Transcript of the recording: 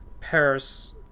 Paris